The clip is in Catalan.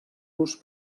los